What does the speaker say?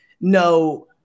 no